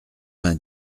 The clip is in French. vingt